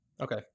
Okay